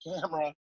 camera